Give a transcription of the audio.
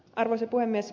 arvoisa puhemies